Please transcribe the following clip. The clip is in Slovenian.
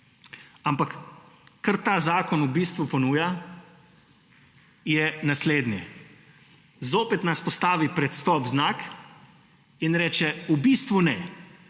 Ampak kar ta zakon v bistvu ponuja, je naslednje: zopet nas postavi pred stop znak in reče – v bistvu ne,